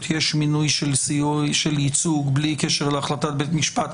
יש מינוי של ייצוג בלי קשר להחלטת בית משפט.